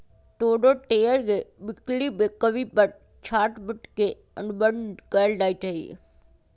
कोनो शेयर के बिक्री में कमी पर शॉर्ट वित्त के अनुबंध कएल जाई छई